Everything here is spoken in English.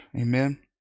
Amen